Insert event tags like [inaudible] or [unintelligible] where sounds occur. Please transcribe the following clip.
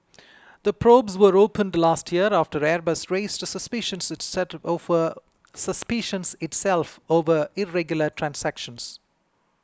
the probes were opened last year after Airbus raised suspicions [unintelligible] itself over irregular transactions